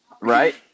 Right